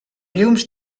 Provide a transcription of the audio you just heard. llums